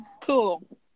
cool